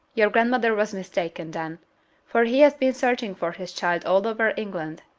your grandmother was mistaken, then for he has been searching for his child all over england,